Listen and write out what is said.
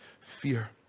fear